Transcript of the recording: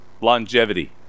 longevity